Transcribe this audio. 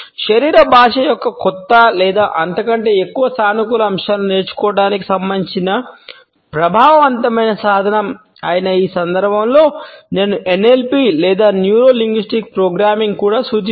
శరీర భాష యొక్క కొత్త లేదా అంతకంటే ఎక్కువ సానుకూల అంశాలను నేర్చుకోవటానికి సంబంధించిన ప్రభావవంతమైన సాధనం అయిన ఈ సందర్భంలో నేను ఎన్ఎల్పి లేదా న్యూరో లింగ్విస్టిక్ ప్రోగ్రామింగ్ను కూడా సూచిస్తాను